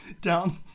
Down